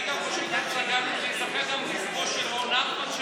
אני חושב שצריך גם להיזכר בזכרו של רון נחמן,